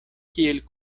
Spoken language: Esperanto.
kiel